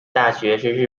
大学